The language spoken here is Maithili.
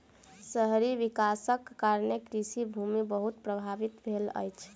शहरी विकासक कारणें कृषि भूमि बहुत प्रभावित भेल अछि